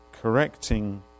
correcting